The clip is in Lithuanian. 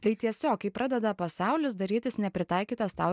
tai tiesiog kai pradeda pasaulis darytis nepritaikytas tau